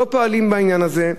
ולא פועלים בעניין הזה.